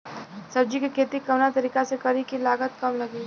सब्जी के खेती कवना तरीका से करी की लागत काम लगे?